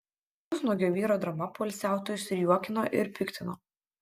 pusnuogio vyro drama poilsiautojus ir juokino ir piktino